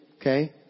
Okay